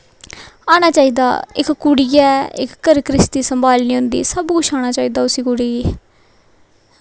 आना चाहिदा इक कुड़ी ऐ इक घर घ्रिस्ती सम्भालनी होंदी सब कुछ आना चाहिदा उस कुड़ी गी